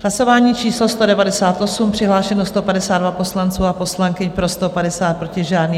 Hlasování číslo 198, přihlášeno 152 poslanců a poslankyň, pro 150, proti žádný.